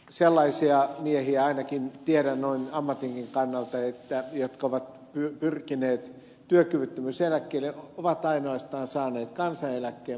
sellaisia miehiä ainakin tiedän noin ammatinkin kannalta jotka ovat pyrkineet työkyvyttömyyseläkkeelle mutta ovat saaneet ainoastaan kansaneläkkeen eivät työeläkettä